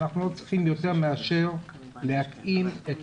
אנחנו לא צריכים יותר מאשר להתאים את